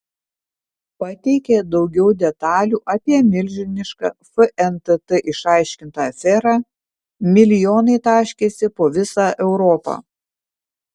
pateikė daugiau detalių apie milžinišką fntt išaiškintą aferą milijonai taškėsi po visą europą